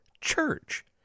church